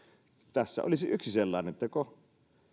tässä olisi yksi sellainen teko